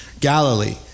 Galilee